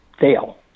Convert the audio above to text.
Dale